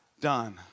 done